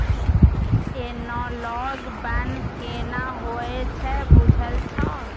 Analogue बन्न केना होए छै बुझल छौ?